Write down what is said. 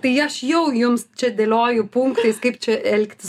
tai aš jau jums čia dėlioju punktais kaip čia elgtis